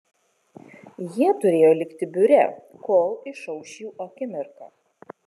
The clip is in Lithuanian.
jie turėjo likti biure kol išauš jų akimirka